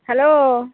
hello